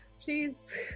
Please